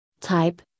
Type